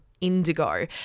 Indigo